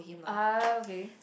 uh okay